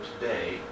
today